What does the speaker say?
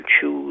choose